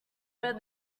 where